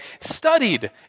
studied